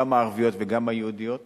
גם הערביות וגם היהודיות.